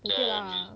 okay lah